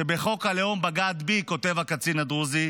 שבחוק הלאום בגד בי, כותב הקצין הדרוזי,